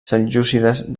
seljúcides